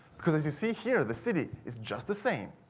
because as you see here the city is just the same.